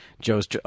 Joe's